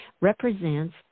represents